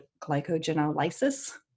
glycogenolysis